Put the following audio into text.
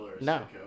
No